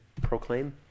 proclaim